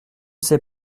sais